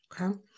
Okay